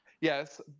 Yes